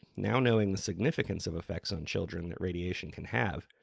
now knowing the significance of effects on children that radiation can have,